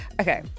Okay